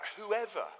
whoever